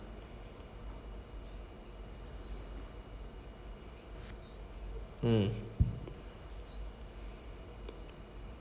mm